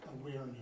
awareness